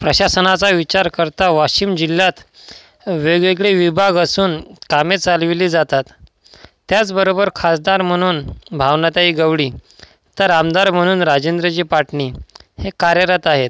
प्रशासनाचा विचार करता वाशिम जिल्ह्यात वेगवेगळे विभाग असून कामे चालवली जातात त्याचबरोबर खासदार म्हणून भावनाताई गवडी तर आमदार म्हणून राजेंद्रजी पाटनी हे कार्यरत आहेत